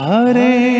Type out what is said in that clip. Hare